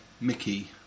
Mickey